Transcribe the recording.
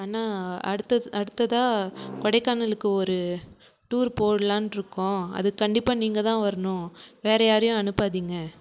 அண்ணா அடுத்தது அடுத்ததாக கொடைக்கானலுக்கு ஒரு டூர் போடலான்னு இருக்கோம் அதுக்கு கண்டிப்பாக நீங்கள்தான் வரணும் வேறு யாரையும் அனுப்பாதீங்க